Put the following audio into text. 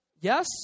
Yes